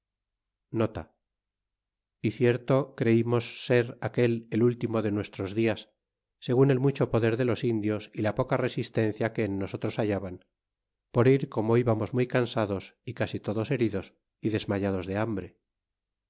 gun y cierto creimos ser aquel el último de nuestros rifas seel mucho poder de los indios y la poca resistencia que en nosotros hallaban por ir como íbamos muy cansados y casi todos heridos y desmayados de hambre